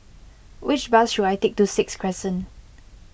which bus should I take to Sixth Crescent